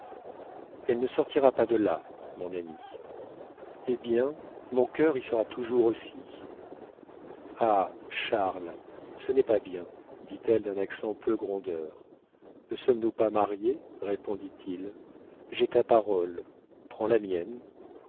elle ne sortira pas de là mon ami eh bien mon cœur y sera toujours aussi ah charles ce n'est pas bien dit-elle d'un accent peu grondeur ne sommes-nous pas mariés répondit-il j'ai ta parole prends la mienne